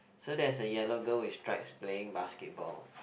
so there is a yellow girl with stripes playing basketball